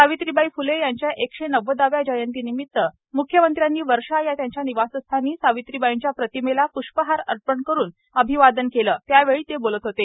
सावित्रीबाई फ्ले यांच्या एकशे नव्वदाव्या जयंतीनिमित्त मुख्यमंत्र्यांनी वर्षा या त्यांच्या निवासस्थानी सावित्रीबाईच्या प्रतिमेला प्ष्पहार अर्पण करून अभिवादन केलं त्यावेळी ते बोलत होते